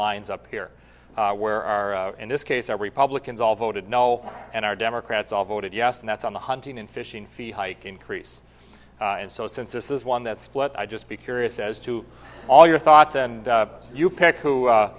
lines up here where our in this case the republicans all voted no and our democrats all voted yes and that's on the hunting and fishing fee hike increase and so since this is one that split i just be curious as to all your thoughts and you pick who